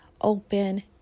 open